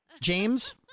James